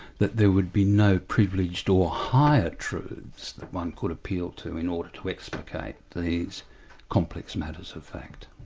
that there would be no privileged or higher truths that one could appeal to in order to explicate these complex matters of fact.